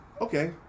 okay